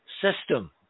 system